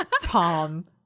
tom